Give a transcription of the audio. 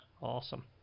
awesome